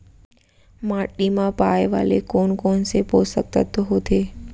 माटी मा पाए वाले कोन कोन से पोसक तत्व होथे?